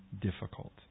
difficult